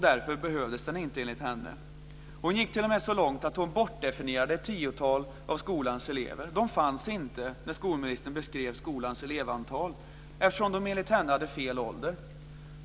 Därför behövdes den inte, enligt henne. Hon gick t.o.m. så långt att hon bortdefinierade ett tiotal av skolans elever. De fanns inte när skolministern beskrev skolans elevantal, eftersom de enligt henne hade fel ålder.